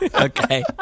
Okay